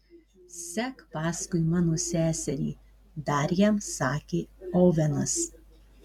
sek paskui mano seserį dar jam sakė ovenas